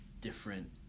different